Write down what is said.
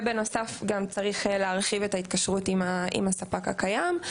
ובנוסף גם צריך להרחיב את ההתקשרות עם הספק הקיים.